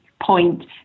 point